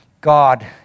God